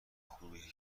خوبی